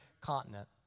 continent